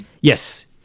Yes